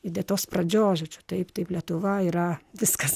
įdėtos pradžios žodžiu taip taip lietuva yra viskas